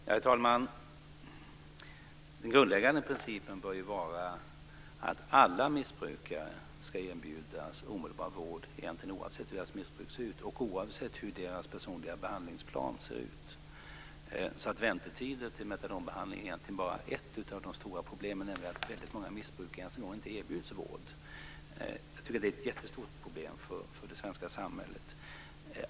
Herr talman! Den grundläggande principen bör vara att alla missbrukare ska erbjudas omedelbar vård oavsett hur deras missbruk ser ut och oavsett hur deras personliga behandlingsplan ser ut. Väntetider till metadonbehandling är egentligen bara ett av de stora problemen. Väldigt många missbrukare erbjuds inte ens vård. Jag tycker att det är ett jättestort problem för det svenska samhället.